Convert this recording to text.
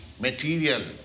material